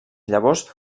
llavors